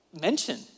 mention